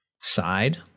side